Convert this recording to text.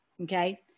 okay